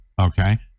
okay